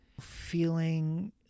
feeling